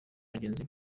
bagenzi